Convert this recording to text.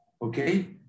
Okay